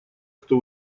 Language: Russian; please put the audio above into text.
кто